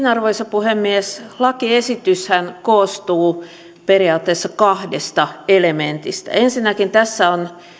arvoisa puhemies lakiesityshän koostuu periaatteessa kahdesta elementistä ensinnäkin tässä on